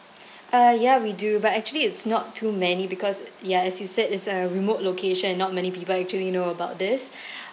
uh yeah we do but actually it's not too many because ya as you said it's a remote location not many people actually know about this